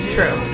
True